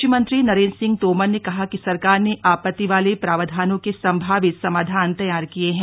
कृषि मंत्री नरेन्द्र सिंह तोमर ने कहा कि सरकार ने आपत्ति वाले प्रावधानों के संभावित समाधान तैयार किए हैं